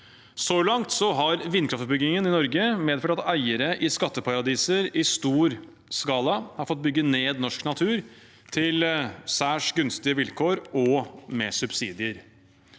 Så langt har vindkraftutbyggingen i Norge medført at eiere i skatteparadiser i stor skala har fått bygge ned norsk natur til særs gunstige vilkår og med subsidier.